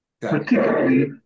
particularly